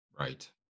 Right